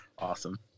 awesome